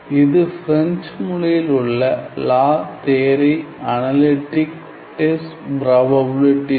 இது பிரெஞ்சு மொழியில் உள்ள லா தியரி அனலிடிக் டெஸ் ப்ராப்பிலிடிஸ்